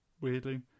weirdly